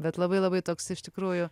bet labai labai toks iš tikrųjų